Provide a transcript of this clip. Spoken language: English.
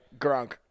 Grunk